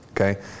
Okay